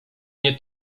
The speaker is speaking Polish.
nie